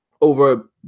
over